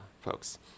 folks